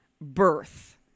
birth